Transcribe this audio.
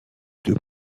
deux